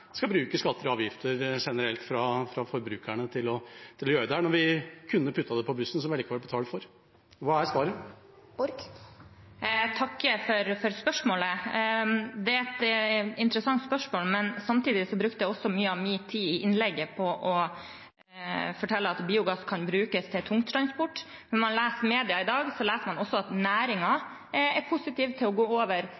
skal bruke skatter og avgifter generelt fra forbrukerne, når vi kunne ha puttet det på bussen, som vi likevel betaler for? Hva er svaret? Jeg takker for spørsmålet. Det er et interessant spørsmål, men jeg brukte også mye av min tid i innlegget på å fortelle at biogass kan brukes på tungtransport. Når man leser media i dag, leser man også at